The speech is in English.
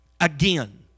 Again